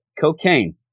Cocaine